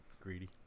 greedy